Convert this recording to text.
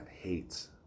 hates